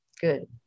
Good